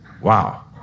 wow